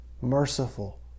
merciful